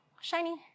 shiny